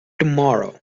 tomorrow